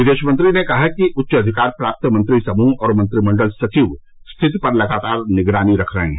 विदेश मंत्री ने कहा कि उच्च अधिकार प्राप्त मंत्री समूह और मंत्रिमंडल सचिव स्थिति पर लगातार निगरानी रख रहे हैं